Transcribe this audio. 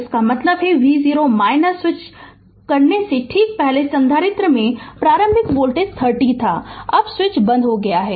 इसका मतलब है कि v0 स्विच करने से ठीक पहले संधारित्र में प्रारंभिक वोल्टेज 30 वोल्ट था अब स्विच बंद हो गया है